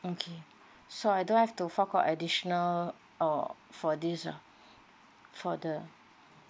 okay so I don't have to fork out additional uh for this lah for the